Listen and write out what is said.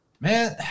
Man